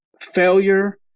failure